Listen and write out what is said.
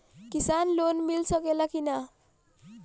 किसान लोन मिल सकेला कि न?